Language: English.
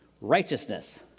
righteousness